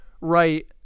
right